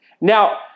Now